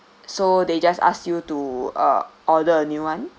so they just ask you to uh order a new [one]